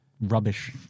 rubbish